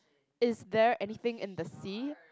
is there anything in the sea